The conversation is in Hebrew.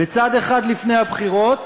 בצד אחד לפני הבחירות,